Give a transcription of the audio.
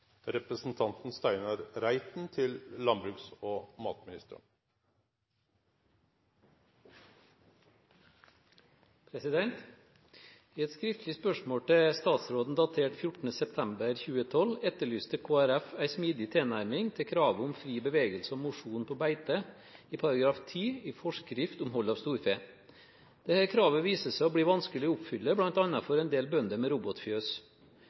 et skriftlig spørsmål til statsråden datert 14. september 2012 etterlyste Kristelig Folkeparti en smidig tilnærming til kravet om fri bevegelse og mosjon på beite i § 10 i forskrift om hold av storfe. Dette kravet viser seg å bli vanskelig å oppfylle bl.a. for en del bønder med robotfjøs.